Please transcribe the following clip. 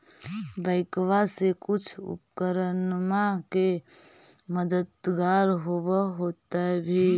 बैंकबा से कुछ उपकरणमा के मददगार होब होतै भी?